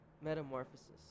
metamorphosis